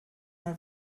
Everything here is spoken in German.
mal